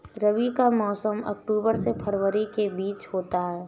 रबी का मौसम अक्टूबर से फरवरी के बीच में होता है